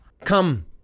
Come